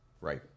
right